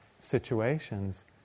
situations